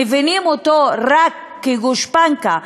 מבינים אותו רק כגושפנקה,